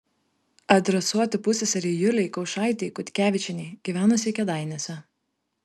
adresuoti pusseserei julei kaušaitei kutkevičienei gyvenusiai kėdainiuose